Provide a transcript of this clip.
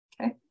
Okay